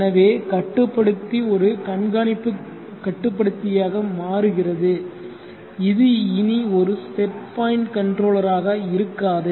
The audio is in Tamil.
எனவே கட்டுப்படுத்தி ஒரு கண்காணிப்பு கட்டுப்படுத்தியாக மாறுகிறது இது இனி ஒரு செட் பாயிண்ட் கன்ட்ரோலராக இருக்காது